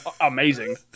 amazing